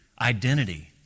identity